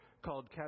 called